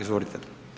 Izvolite.